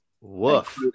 Woof